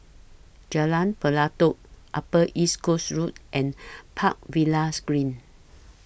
Jalan Pelatok Upper East Coast Road and Park Villas Green